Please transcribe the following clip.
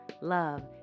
love